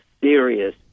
serious